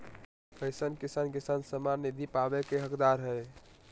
कईसन किसान किसान सम्मान निधि पावे के हकदार हय?